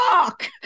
fuck